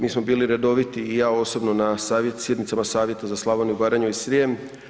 Mi smo bili redoviti i ja osobno na sjednicama savjeta za Slavoniju, Baranju i Srijem.